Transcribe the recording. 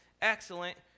excellent